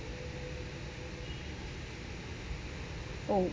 oh